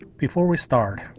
before we start,